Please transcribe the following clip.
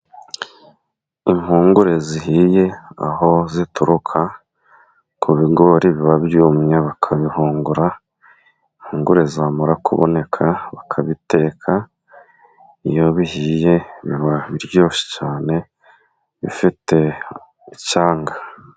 Impungure zihiye aho zituruka ku bigori biba byumye, bakabihungura impungure zamara kuboneka bakabiteka, iyo bihiye biba biryoshye cyane bifite icyanga.